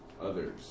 Others